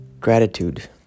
Gratitude